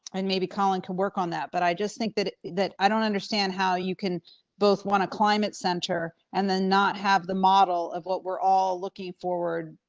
i and maybe collin can work on that. but i just think that that i don't understand how you can both want to climate center. and then not have the model of what we're all looking forward.